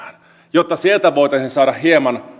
jotta sieltä voitaisiin saada hieman